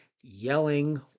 yelling